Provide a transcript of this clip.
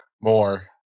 more